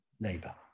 Labour